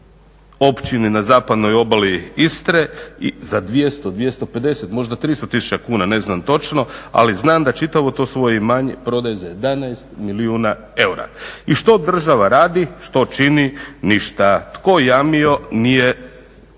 općini na zapadnoj obali Istre za 200, 250 možda 300 tisuća kuna ali znam da čitavo to svoje imanje prodaje za 11 milijuna eura. I što država radi, što čini? Ništa. Tko jamio nije zajmio.